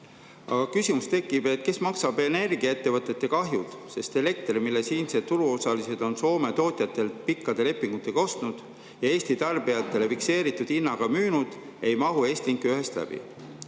küsimus, et kes maksab energiaettevõtete kahjud, sest elekter, mille siinsed turuosalised on Soome tootjatelt pikkade lepingutega ostnud ja Eesti tarbijatele fikseeritud hinnaga müünud, ei mahu Estlink 1‑st läbi.